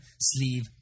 sleeve